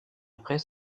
après